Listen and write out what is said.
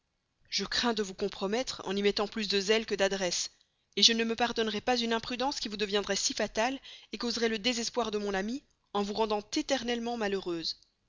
je crains de vous compromettre en y mettant plus de zèle que d'adresse je ne me pardonnerais pas une imprudence qui vous deviendrait si fatale causerait le désespoir de mon ami en vous rendant éternellement malheureuse